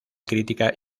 crítica